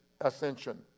ascension